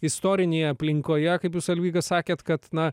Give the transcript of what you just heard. istorinėje aplinkoje kaip jūs alvyga sakėt kad na